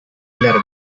largo